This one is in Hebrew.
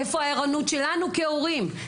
איפה הערנות שלנו כהורים,